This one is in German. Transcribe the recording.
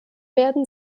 werden